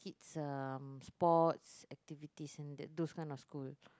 it's a sport activity and that those kind of school